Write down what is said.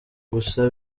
gusa